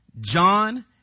John